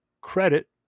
credit